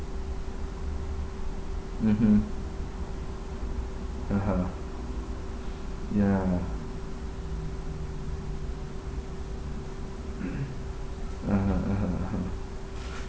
mmhmm (uh huh) ya (uh huh) (uh huh) (uh huh)